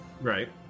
Right